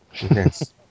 Yes